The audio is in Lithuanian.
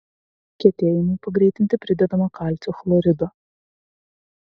kietėjimui pagreitinti pridedama kalcio chlorido